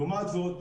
לעומת זאת,